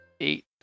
Eight